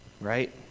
right